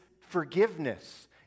forgiveness